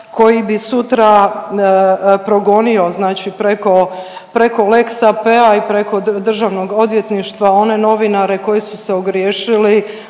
koji bi sutra progonio, znači preko lex AP-a i preko Državnog odvjetništva one novinare koji su se ogriješili